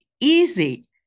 easy